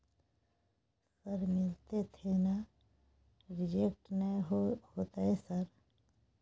Sir मिलते थे ना रिजेक्ट नय होतय सर?